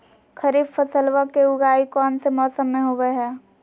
खरीफ फसलवा के उगाई कौन से मौसमा मे होवय है?